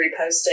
reposting